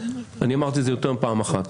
אני אמרתי את זה יותר מפעם אחת.